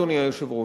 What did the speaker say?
אדוני היושב-ראש,